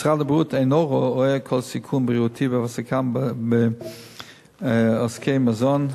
משרד הבריאות אינו רואה כל סיכון בריאותי בהעסקתם בעסקי מזון,